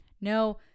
No